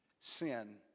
sin